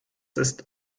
ist